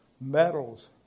metals